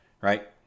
right